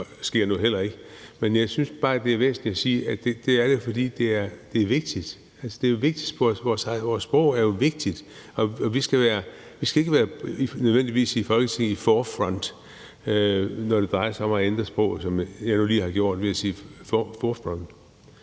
det er væsentligt at sige, at det er vigtigt. Altså, vores sprog er jo vigtigt, og vi skal ikke nødvendigvis i Folketinget være i forefront, når det drejer sig om at ændre sproget – sådan som jeg nu lige har gjort ved at sige forefront.